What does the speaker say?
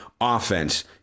offense